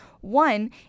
One